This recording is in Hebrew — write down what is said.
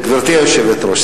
גברתי היושבת-ראש,